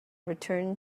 returned